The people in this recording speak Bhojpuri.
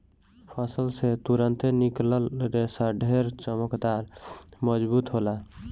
फसल से तुरंते निकलल रेशा ढेर चमकदार, मजबूत होला